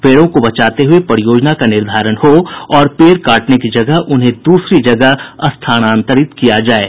पेड़ों को बचाते हये परियोजना का निर्धारण हो और पेड़ काटने की जगह उन्हें दूसरी जगह स्थानांतरित किया जाये